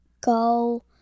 go